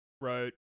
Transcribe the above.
wrote